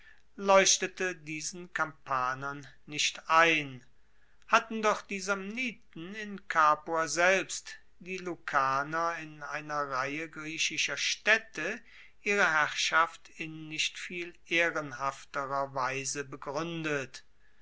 leuchtete diesen kampanern nicht ein hatten doch die samniten in capua selbst die lucaner in einer reihe griechischer staedte ihre herrschaft in nicht viel ehrenhafterer weise begruendet